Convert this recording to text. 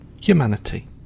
Humanity